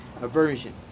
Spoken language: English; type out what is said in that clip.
aversion